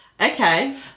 Okay